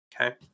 Okay